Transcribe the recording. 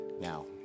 now